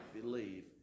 believe